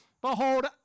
behold